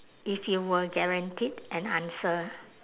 if you were guaranteed an answer